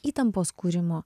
įtampos kūrimu